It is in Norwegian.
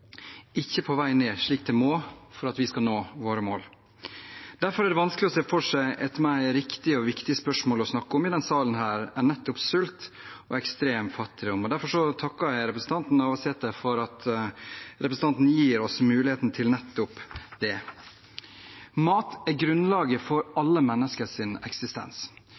ikke på vei ned, slik det må for at vi skal nå våre mål. Derfor er det vanskelig å se for seg et mer riktig og viktig spørsmål å snakke om i denne salen her enn nettopp sult og ekstrem fattigdom. Derfor takker jeg representanten Navarsete for at hun gir oss muligheten til nettopp det. Mat er grunnlaget for alle menneskers eksistens.